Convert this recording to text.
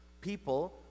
people